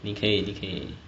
你可以你可以